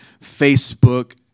Facebook